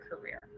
career